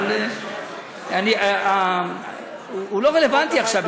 אבל זה לא רלוונטי עכשיו,